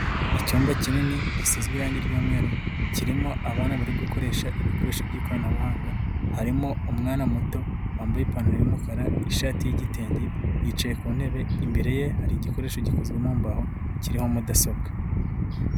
Icyumba kinini, gisizwe irangi ry'umweru, kirimo abana bari gukoresha ibikoresho by'ikoranabuhanga. Harimo umwana muto wambaye ipantaro y'umukara, ishati y'igitenge, yicaye ku ntebe, imbere ye, hari igikoresho gikozwe mu mbaho, kiriho mudasobwa.